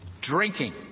Drinking